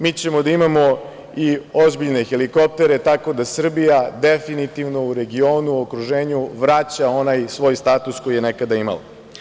Mi ćemo da imamo i ozbiljne helikoptere, tako da Srbija definitivno u regionu, u okruženju vraća onaj svoj status koji je nekada imala.